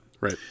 Right